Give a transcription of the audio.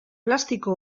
plastiko